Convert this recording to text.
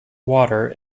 water